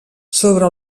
sobre